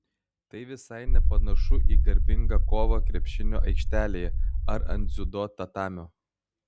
tai visai nepanašu į garbingą kovą krepšinio aikštėje ar ant dziudo tatamio